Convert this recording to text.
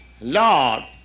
Lord